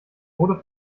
wurde